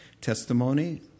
testimony